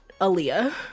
Aaliyah